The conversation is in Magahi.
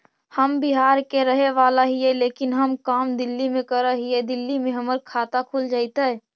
हम बिहार के रहेवाला हिय लेकिन हम काम दिल्ली में कर हिय, दिल्ली में हमर खाता खुल जैतै?